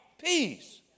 Peace